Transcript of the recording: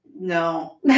No